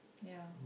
ya